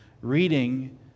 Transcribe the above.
reading